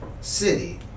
city